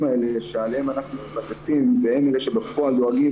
האלה שעליהם אנחנו מתבססים והם אלה שבפועל דואגים